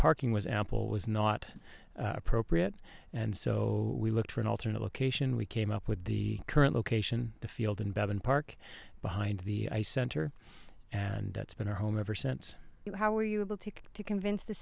parking was ample was not appropriate and so we looked for an alternate location we came up with the current location the field and bevan park behind the center and that's been our home ever since how were you able to take to convince the